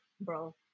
bro